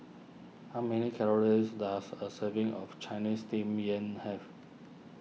how many calories does a serving of Ciinese Steamed Yam have